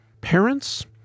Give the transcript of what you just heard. Parents